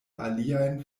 aliajn